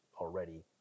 already